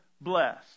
blessed